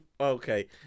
Okay